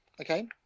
Okay